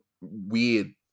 weird